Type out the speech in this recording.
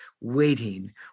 waiting